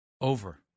Over